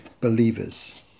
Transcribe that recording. believers